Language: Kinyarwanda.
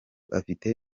afite